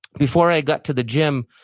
before i got to the gym,